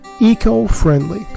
eco-friendly